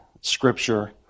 scripture